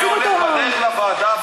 ואני הולך בדרך לוועדה,